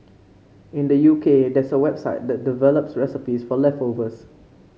in the U K there's a website that develops recipes for leftovers